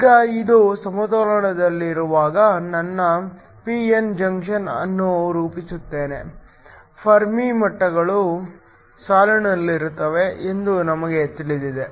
ಈಗ ಇದು ಸಮತೋಲನದಲ್ಲಿರುವಾಗ ನಾನು ಪಿ ಎನ್ ಜಂಕ್ಷನ್ ಅನ್ನು ರೂಪಿಸುತ್ತೇನೆ ಫೆರ್ಮಿ ಮಟ್ಟಗಳು ಸಾಲಿನಲ್ಲಿರುತ್ತವೆ ಎಂದು ನಮಗೆ ತಿಳಿದಿದೆ